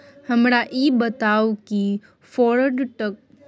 हमरा ई बताउ कि फोर्ड ट्रैक्टर पर कतेक के ऑफर मिलय सके छै?